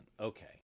okay